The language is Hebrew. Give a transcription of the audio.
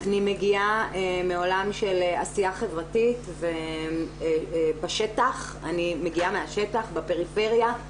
אני מגיעה מעולם של עשייה חברתית ואני מגיעה מהשטח בפריפריה,